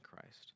Christ